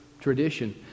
tradition